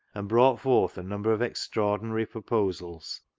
and brought forth a number of extraordinary pro posals.